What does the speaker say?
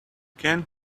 can